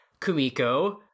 Kumiko